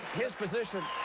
his position